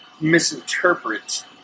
misinterpret